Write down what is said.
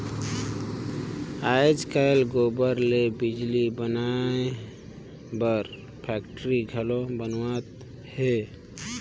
आयज कायल गोबर ले बिजली बनाए बर फेकटरी घलो बनावत हें